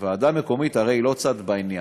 הוועדה המקומית הרי היא לא צד בעניין,